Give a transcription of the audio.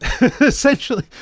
essentially